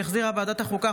שהחזירה ועדת החוקה,